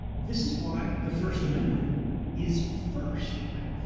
this is why the first amendment is first, right?